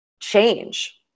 change